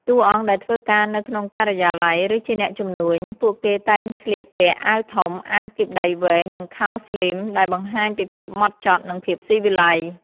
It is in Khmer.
តួអង្គដែលធ្វើការនៅក្នុងការិយាល័យ ឬជាអ្នកជំនួញ ពួកគេតែងស្លៀកពាក់ អាវធំ អាវគីបដៃវែង និងខោស្លីម ដែលបង្ហាញពីភាពម៉ត់ចត់ និងភាពស៊ីវិល័យ។